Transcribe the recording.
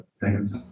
Thanks